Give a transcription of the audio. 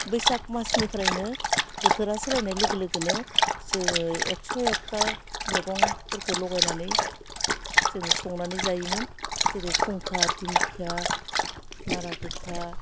बैसाग मासनिफ्रायनो बोथोरा सोलायनाय लोगो लोगोनो जोङो एकस' एकथा मेगंफोरखौ लगायनानै जों संनानै जायोमोन जेरै खुंखा दिंखिया नारा गोखा